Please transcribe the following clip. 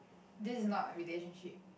this is not relationship